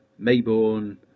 Mayborn